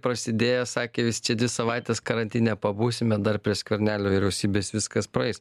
prasidėjo sakė vis čia dvi savaites karantine pabūsime dar prie skvernelio vyriausybės viskas praeis